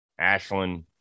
Ashlyn